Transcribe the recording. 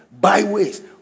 byways